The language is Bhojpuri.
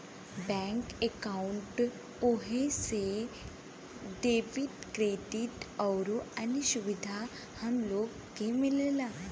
बैंक अंकाउट होये से डेबिट, क्रेडिट आउर अन्य सुविधा हम लोग के मिलला